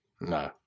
No